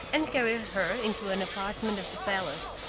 and carry her into an apartment of the palace,